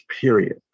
period